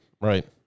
Right